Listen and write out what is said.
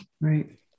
right